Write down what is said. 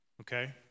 Okay